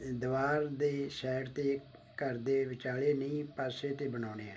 ਦੀਵਾਰ ਦੇ ਸਾਈਡ 'ਤੇ ਘਰ ਦੇ ਵਿਚਾਲੇ ਨੀਂਹ ਪਾਸੇ 'ਤੇ ਬਣਾਉਂਦੇ ਹਾਂ